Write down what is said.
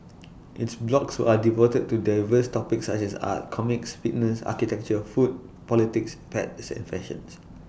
its blogs are devoted to diverse topics such as art comics fitness architecture food politics pets and fashion